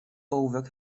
ołówek